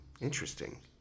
Interesting